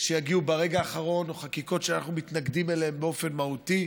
שיגיעו ברגע האחרון או חקיקות שאנחנו מתנגדים להן באופן מהותי.